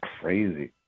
crazy